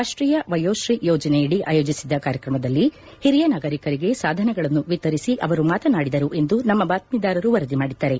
ರಾಷ್ಲೀಯ ವಯೋಶ್ರೀ ಯೋಜನೆಯಡಿ ಆಯೋಜಿಸಿದ್ದ ಕಾರ್ಯಕ್ರಮದಲ್ಲಿ ಹಿರಿಯ ನಾಗರಿಕರಿಗೆ ಸಾಧನಗಳನ್ನು ವಿತರಿಸಿ ಅವರು ಮಾತನಾಡಿದರು ಎಂದು ನಮ್ನ ಬಾತೀದಾರರು ವರದಿ ಮಾಡಿದ್ದಾರೆ